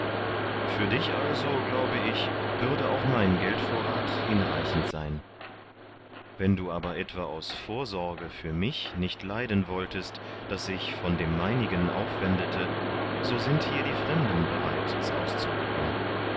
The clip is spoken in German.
für dich also glaube ich würde auch mein geldvorrat hinreichend sein wenn du aber etwa aus vorsorge für mich nicht leiden wolltest daß ich von dem meinigen aufwendete so sind hier die fremden bereit es auszulegen